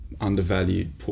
undervalued